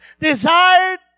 desired